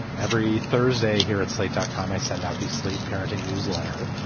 every thursday here at slate dot com, i send out the slate parenting newsletter.